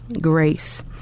Grace